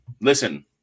listen